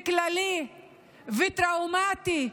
כללי וטראומטי,